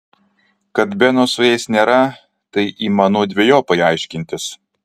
kad beno su jais nėra tai įmanu dvejopai aiškintis